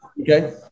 Okay